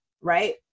right